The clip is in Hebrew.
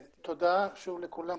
תודה, שוב, לכולם.